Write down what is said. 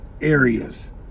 areas